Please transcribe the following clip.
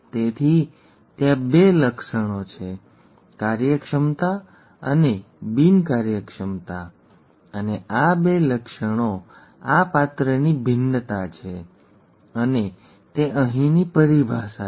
તેથી ત્યાં બે લક્ષણો છે કાર્યક્ષમતા અને બિન કાર્યક્ષમતા અને આ બે લક્ષણો આ પાત્રની ભિન્નતા છે અને તે અહીંની પરિભાષા છે